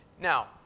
Now